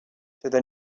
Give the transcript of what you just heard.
through